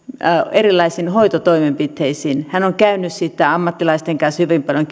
erilaisiin hoitotoimenpiteisiin hän on käynyt sitten ammattilaisten kanssa hyvin paljon